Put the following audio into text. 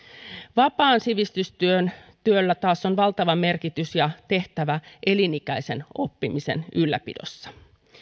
vapaalla sivistystyöllä taas on valtava merkitys ja tehtävä elinikäisen oppimisen ylläpidossa